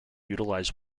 utilize